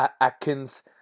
Atkins